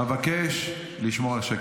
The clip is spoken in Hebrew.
אבקש לשמור על השקט.